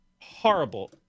Horrible